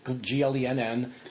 G-L-E-N-N